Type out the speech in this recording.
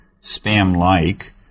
spam-like